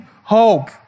hope